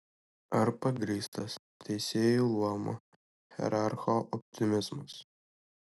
ar pagrįstas teisėjų luomo hierarcho optimizmas